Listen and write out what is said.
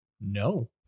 no